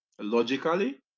logically